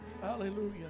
Hallelujah